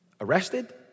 arrested